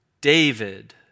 David